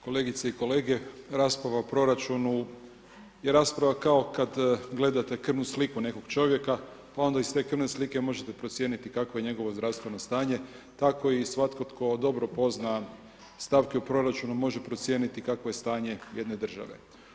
Kolegice i kolege, rasprava o proračunu je rasprava kao kad gledate krvnu sliku nekog čovjeka onda iz te krvne slike možete procijeniti kakvo je njegovo zdravstveno stanje tako i svatko tko dobro pozna stavke u proračunu može procijeniti kakvo je stanje jedne države.